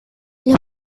los